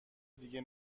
دیگه